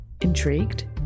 Intrigued